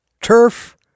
Turf